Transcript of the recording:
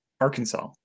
Arkansas